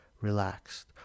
relaxed